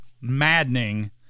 maddening